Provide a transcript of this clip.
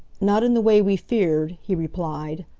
not in the way we feared, he replied.